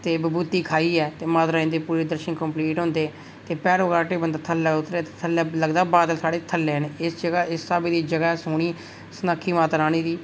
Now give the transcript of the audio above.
ते विभूति खाइयै ते माता रानी दे पूरे दर्शन कम्प्लीट हुंदे ते भैरो घाटी बंदा थल्लै उतरेआ ते थल्लै लगदा बादल स्हाड़े थल्लै न इस जगह इस स्हाबै दी जगह ऐ सोह्नी सनक्खी माता रानी दी